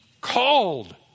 called